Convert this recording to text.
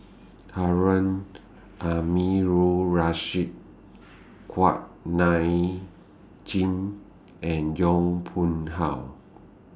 Harun Aminurrashid Kuak Nam Jin and Yong Pung How